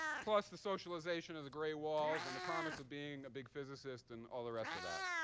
plus the socialization of the gray walls and the promise of being a big physicist and all the rest of that.